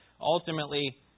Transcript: ultimately